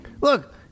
Look